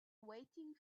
waiting